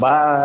Bye